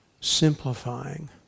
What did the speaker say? simplifying